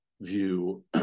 view